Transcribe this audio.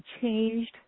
changed